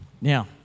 Now